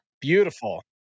Beautiful